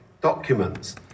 documents